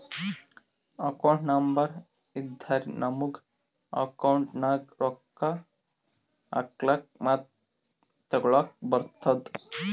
account number ಇದ್ದುರೆ ನಮುಗ account ನಾಗ್ ರೊಕ್ಕಾ ಹಾಕ್ಲಕ್ ಮತ್ತ ತೆಕ್ಕೊಳಕ್ಕ್ ಬರ್ತುದ್